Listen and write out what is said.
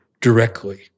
directly